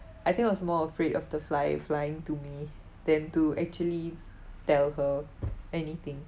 I think I was more afraid of the fly flying to me than to actually tell her anything